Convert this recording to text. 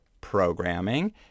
programming